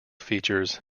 features